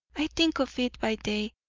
i think of it by day,